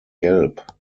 gelb